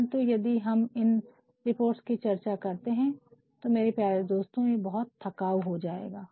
परन्तु यदि हम इन रिपोर्ट्स की चर्चा करते रहे तो मेरे प्यारे दोस्तों ये बहुत थकाऊ हो जायेगा